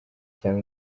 cyane